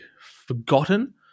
forgotten